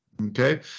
Okay